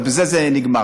בזה זה נגמר.